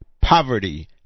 poverty